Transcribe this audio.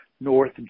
North